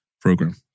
program